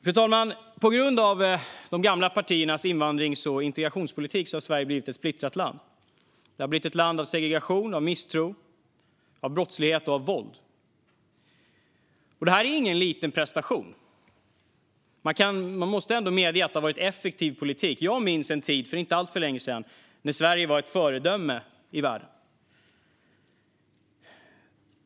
Fru talman! På grund av de gamla partiernas invandrings och integrationspolitik har Sverige blivit ett splittrat land. Det har blivit ett land av segregation, misstro, brottslighet och våld. Det är ingen liten prestation. Man måste ändå medge att det har varit en effektiv politik. Jag minns en tid, för inte alltför länge sedan, när Sverige var ett föredöme i världen.